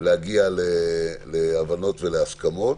להבנות והסכמות.